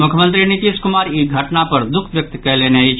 मुख्यमंत्री नीतीश कुमार ई घटना पर दुःख व्यक्त कयलनि अछि